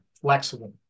flexible